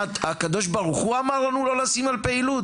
הקדוש ברוך הוא אמר לנו לא לשים על פעילות?